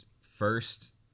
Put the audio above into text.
first